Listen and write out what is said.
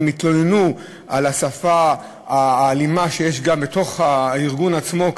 והם התלוננו על השפה האלימה שיש גם בתוך הארגון עצמו,